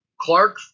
Clark